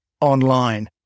online